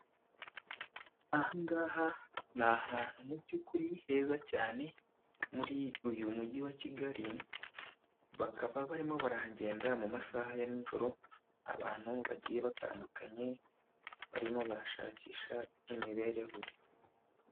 Ahangaha ni ahantu mu by'ukuri heza cyane, muri uyu mujyi wa Kigali bakaba barimo barahagenda mu masaha ya nijoro abantu bagiye batandukanye, barimo barashakisha imibereho.